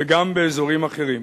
וגם באזורים אחרים.